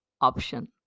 option